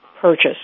purchase